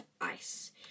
ice